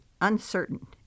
uncertain